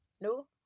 No